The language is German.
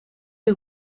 der